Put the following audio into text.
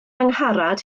angharad